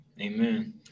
Amen